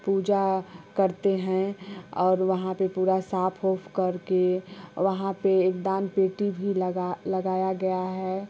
पूजा करते हैं और वहाँ पे पूरा साफ उफ करके वहाँ पे एक दानपेटी भी लगा लगाया गया है